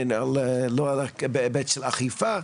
בהיבט של אכיפה,